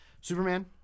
Superman